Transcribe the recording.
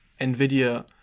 NVIDIA